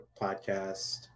podcast